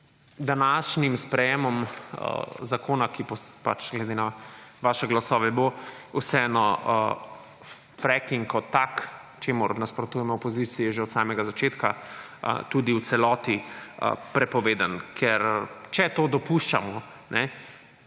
današnjim sprejemom zakona, ki pač glede na vaše glasove bo, vseeno fracking kot tak, čemur nasprotujemo v opoziciji že od samega začetka, tudi v celoti prepovedan, ker če to dopuščamo,